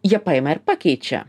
jie paima ir pakeičia